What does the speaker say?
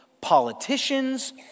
politicians